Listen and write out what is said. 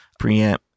preamp